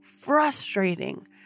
frustrating